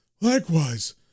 Likewise